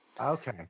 Okay